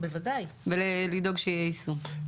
ולדאוג שיהיה יישום.